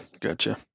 gotcha